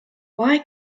why